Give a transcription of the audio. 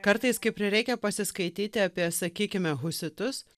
kartais kai prireikia pasiskaityti apie sakykime husitus